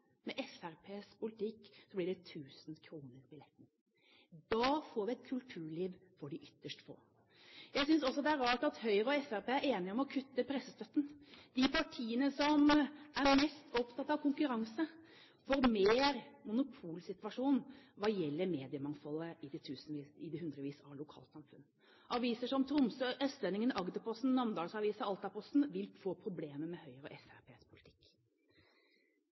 Med Fremskrittspartiets politikk blir det 1 000 kr billetten. Da får vi et kultuliv for ytterst få. Jeg synes også det er rart at Høyre og Fremskrittspartiet er enige om å kutte i pressestøtten. De partiene som er mest opptatt av konkurranse, ønsker en sterkere monopolsituasjon hva gjelder mediemangfoldet i hundrevis av lokalsamfunn. Aviser som Tromsø, Østlendingen, Agderposten, Namdalsavisa og Altaposten vil få problemer med Høyres og Fremskrittspartiets politikk. Høyre